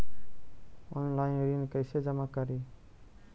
Online ऋण कैसे जमा करी?